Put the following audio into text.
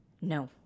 No